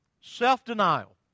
Self-denial